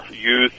youth